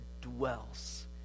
dwells